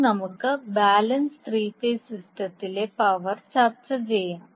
ഇനി നമുക്ക് balance three phase സിസ്റ്റത്തിലെ പവർ ചർച്ച ചെയ്യാം